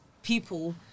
People